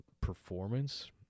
performance